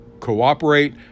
Cooperate